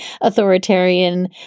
authoritarian